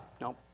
No